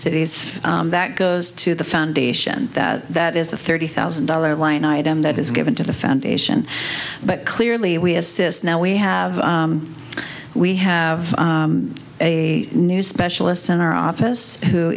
cities that goes to the foundation that that is the thirty thousand dollar line item that is given to the foundation but clearly we assist now we have we have a new specialist in our office who